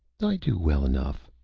i do well enough.